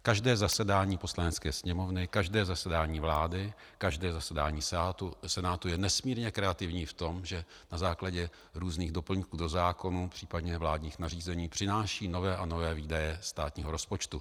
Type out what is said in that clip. Každé zasedání Poslanecké sněmovny, každé zasedání vlády, každé zasedání Senátu je nesmírně kreativní v tom, že na základě různých doplňků do zákonů, případně vládních nařízení, přináší nové a nové výdaje státního rozpočtu.